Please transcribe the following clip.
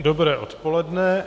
Dobré odpoledne.